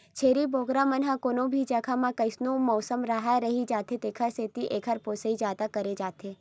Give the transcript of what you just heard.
छेरी बोकरा मन ह कोनो भी जघा म कइसनो मउसम राहय रहि जाथे तेखर सेती एकर पोसई जादा करे जाथे